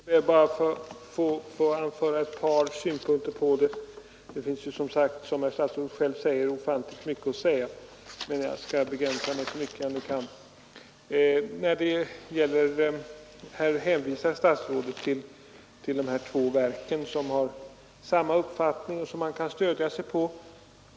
Herr talman! Jag skall be att få anföra ett par synpunkter i frågan. Det finns som sagt som herr statsrådet själv säger ofantligt mycket att säga, men jag skall begränsa mig så mycket jag nu kan. Statsrådet hänvisar till de här två verken som har samma uppfattning som han stöder sig på.